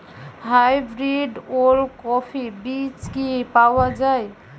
Hybrid ওলকফি বীজ কি পাওয়া য়ায়?